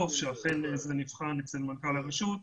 נבחן אצל מנכ"ל הרשות.